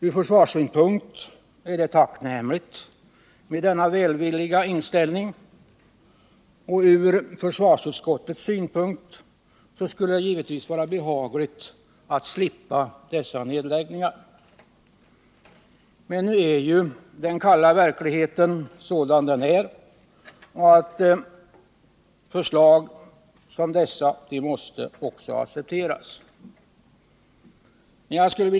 Från försvarssynpunkt är det tacknämligt med denna välvilliga inställning, och från försvarsutskottets synpunkt skulle det givetvis vara behagligt att slippa dessa nedläggningar. Men nu är ju den kalla verkligheten sådan, att även förslag som dessa måste accepteras.